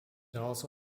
also